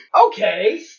Okay